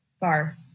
Bar